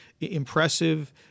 impressive